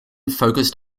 focused